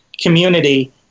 community